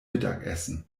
mittagessen